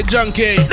Junkie